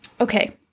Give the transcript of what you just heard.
Okay